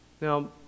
Now